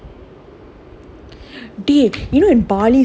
oh by the way இந்த:intha photo எப்டி இருக்கு தெரிதா:epdi irukku therithaa